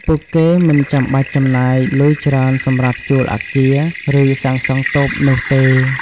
ពួកគេមិនចាំបាច់ចំណាយលុយច្រើនសម្រាប់ជួលអគារ ឬសាងសង់តូបនោះទេ។